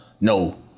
no